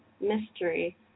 Mystery